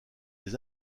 des